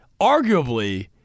arguably